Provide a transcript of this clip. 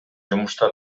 жумушта